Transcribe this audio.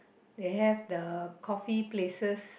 they have the coffee places